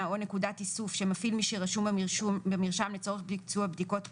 או נקודת איסוף שמפעיל מי שרשום במרשם לצורך ביצוע בדיקות קורונה,